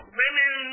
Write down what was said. women